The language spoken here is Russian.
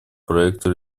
проекту